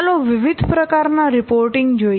ચાલો વિવિધ પ્રકાર ના રિપોર્ટિંગ જોઈએ